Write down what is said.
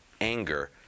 anger